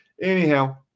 anyhow